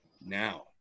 Now